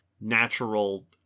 natural